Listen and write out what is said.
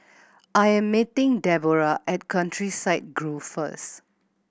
I am meeting Debora at Countryside Grove first